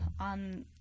on